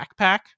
backpack